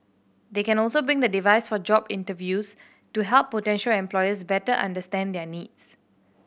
they can also bring the device for job interviews to help potential employers better understand their needs